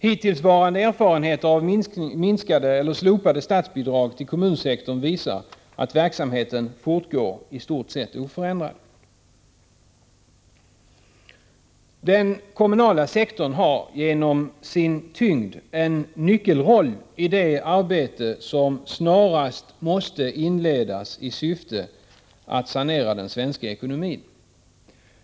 Hittillsvarande erfarenheter av minskade eller slopade statsbidrag till kommunsektorn visar att verksamheten fortgår i stort sätt oförändrad. Den kommunala sektorn har genom sin tyngd en nyckelroll i det arbete som snarast måste inledas i syfte att sanera den svenska ekonomin.